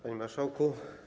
Panie Marszałku!